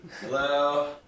Hello